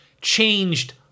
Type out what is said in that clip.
changed